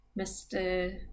Mr